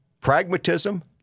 pragmatism